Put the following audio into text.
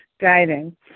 guiding